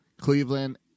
Cleveland